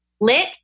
Lit